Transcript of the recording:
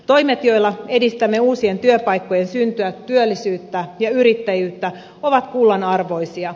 toimet joilla edistämme uusien työpaikkojen syntyä työllisyyttä ja yrittäjyyttä ovat kullan arvoisia